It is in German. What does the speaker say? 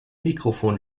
mikrofon